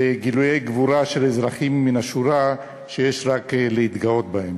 בגילויי גבורה של אזרחים מן השורה שיש רק להתגאות בהם.